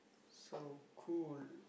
so cool